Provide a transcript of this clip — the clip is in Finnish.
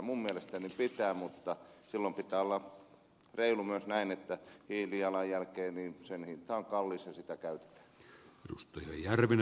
minun mielestäni pitää mutta silloin pitää olla reilu myös näin että hiilijalanjäljen hinta on kallis ja sitä käytetään